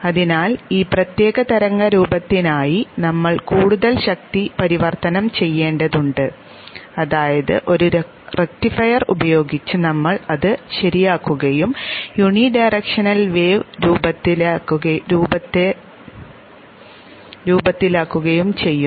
അതിനാൽ ഈ പ്രത്യേക തരംഗ രൂപത്തിനായി നമ്മൾ കൂടുതൽ ശക്തി പരിവർത്തനം ചെയ്യേണ്ടതുണ്ട് അതായത് ഒരു റക്റ്റിഫയർ ഉപയോഗിച്ച് നമ്മൾ അത് ശരിയാക്കുകയും യൂണിഡയറക്ഷനൽ വേവ് രൂപത്തെ രൂപത്തിലാക്കുകയും ചെയ്യുന്നു